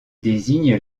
désigne